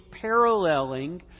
paralleling